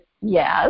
Yes